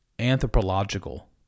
anthropological